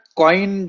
coin